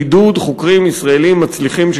בעידוד חוקרים ישראלים מצליחים,